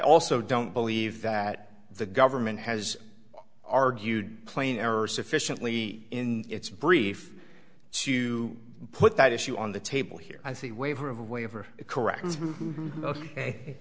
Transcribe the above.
also don't believe that the government has argued plain error sufficiently in its brief to put that issue on the table here i see waiver of a waiver